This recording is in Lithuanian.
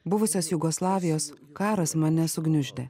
buvusios jugoslavijos karas mane sugniuždė